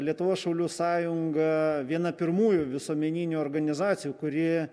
lietuvos šaulių sąjunga viena pirmųjų visuomeninių organizacijų kurie